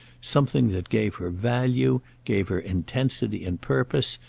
something that gave her value, gave her intensity and purpose,